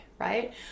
right